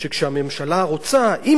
היא יכולה לבנות בנייה בזול,